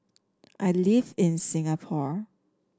I live in Singapore